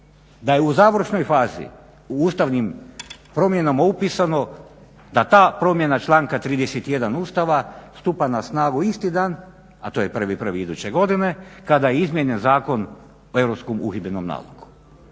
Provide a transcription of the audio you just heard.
da je u završnoj fazi u ustavnim promjenama upisano da ta promjena članka 31. Ustava stupa na snagu isti dan, a to je 1.1. iduće godine kada je izmijenjen Zakon o europskom uhidbenom nalogu.